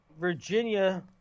Virginia